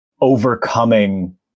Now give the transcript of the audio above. overcoming